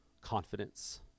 confidence